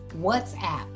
WhatsApp